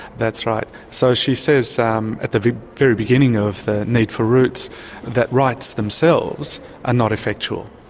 that's right. so she says um at the very very beginning of the need for roots that rights themselves are not effectual.